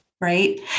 right